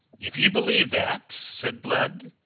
if ye believe that, said blood,